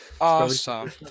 Awesome